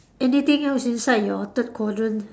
anything else inside your third quadrant